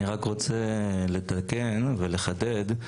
אני רק רוצה לתקן ולחדד.